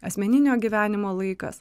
asmeninio gyvenimo laikas